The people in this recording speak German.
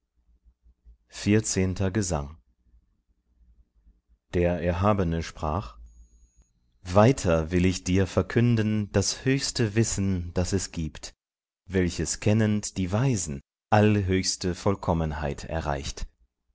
vierzehnter gesang der erhabene sprach weiter will ich dir verkünden das höchste wissen das es gibt welches kennend die weisen all höchste vollkommenheit erreicht